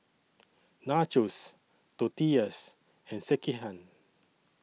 Nachos Tortillas and Sekihan